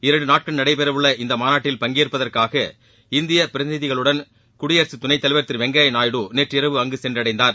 இரண்டு நாட்கள் நடைபெறவுள்ள இம்மாநாட்டில் பங்கேற்பதற்காக இந்திய பிரதிநிதிகளுடன் குடியரசு துணைத்தலைவர் திரு வெங்கைய நாயுடு நேற்றிரவு அங்கு சென்றடைந்தார்